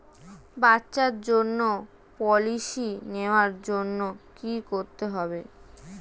বাচ্চার জন্য পলিসি নেওয়ার জন্য কি করতে হবে?